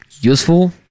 useful